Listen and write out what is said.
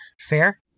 Fair